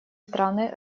страны